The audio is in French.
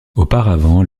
auparavant